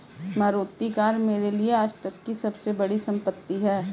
Maruti car मेरे लिए आजतक की सबसे बड़ी संपत्ति है